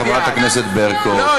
חברת הכנסת ברקו.